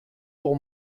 pour